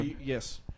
Yes